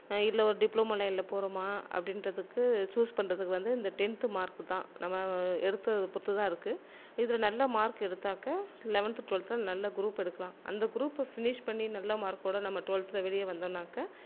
இல்லை ஒரு டிப்ளமோ லைனில் போகிறோமா அப்படின்றத்துக்கு சூஸ் பண்ணுறதுக்கு வந்து இந்த டென்த் மார்க்கு தான் நம்ம எடுத்ததை பொறுத்து தான் இருக்குது இதில் நல்ல மார்க் எடுத்தாக்க லவன்த்து டுவெலத்தில் நல்ல குரூப் எடுக்கலாம் அந்த குரூப்பை ஃபினிஷ் பண்ணி நல்ல மார்க்கோடு நம்ம டுவெல்த்தில் வெளியே வந்தோம்னாக்க